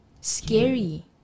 Scary